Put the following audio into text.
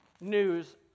news